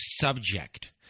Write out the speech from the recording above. subject